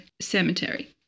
Cemetery